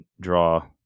draw